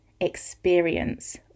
experience